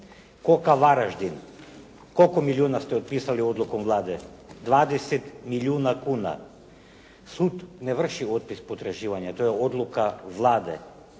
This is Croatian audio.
«Koka» Varaždin, koliko milijuna ste otpisali odlukom Vlade? 20 milijuna kuna. Sud ne vrši otpis potraživanja. To je odluka Vlade.